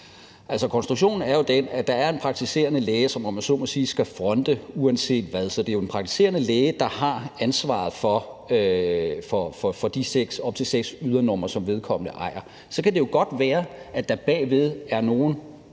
Altså, konstruktionen er jo den, at det er en praktiserende læge, som – om jeg så må sige – skal fronte uanset hvad. Så det er jo en praktiserende læge, der har ansvaret for de op til seks ydernumre, som vedkommende ejer. Så kan det jo godt være, at der bag ved er nogle,